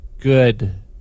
good